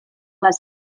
les